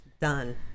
done